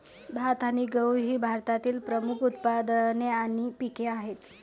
भात आणि गहू ही भारतातील प्रमुख उत्पादने आणि पिके आहेत